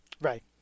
Right